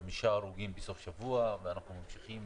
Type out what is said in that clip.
חמישה הרוגים בסוף השבוע, ואנחנו ממשיכים